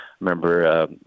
Remember